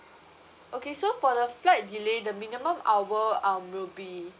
okay so for the flight delay the minimum hour um will be